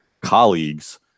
colleagues